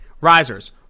Risers